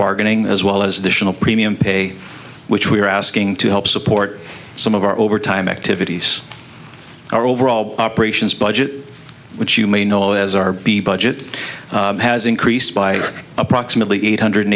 bargaining as well as the tional premium pay which we are asking to help support some of our overtime activities our overall operations budget which you may know as our b budget has increased by approximately eight hundred